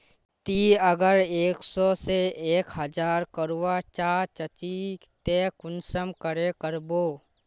ती अगर एक सो से एक हजार करवा चाँ चची ते कुंसम करे करबो?